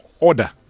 order